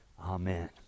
Amen